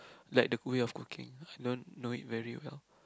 like the way of cooking I don't know it very well